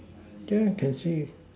there can see